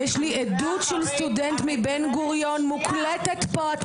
יש לי עדות של סטודנט מבן גוריון מוקלטת פה.